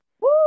Woo